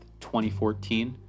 2014